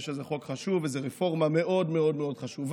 אני חושב